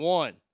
one